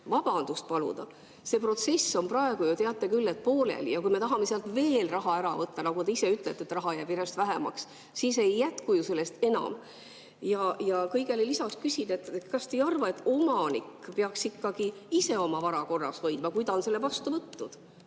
vabandust paluda? See protsess on praegu ju, teate küll, pooleli. Ja kui me tahame sealt veel raha ära võtta – nagu te ise ütlesite, raha jääb järjest vähemaks –, siis ei jätku ju sellest enam. Ja kõigele lisaks küsin, kas te ei arva, et omanik peaks ikkagi ise oma vara korras hoidma, kui ta on selle vastu võtnud.